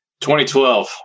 2012